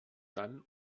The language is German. dann